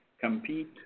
compete